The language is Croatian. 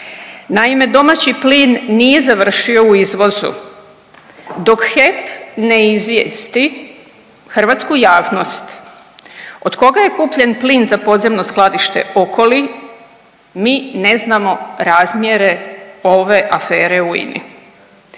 Naime, domaći plin nije završio u izvozu, dok HEP ne izvijesti hrvatsku javnost od koga je kupljen plin za podzemno skladište Okoli mi ne znamo razmjere ove afere u INA-i